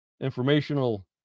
informational